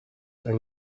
yng